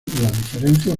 diferencias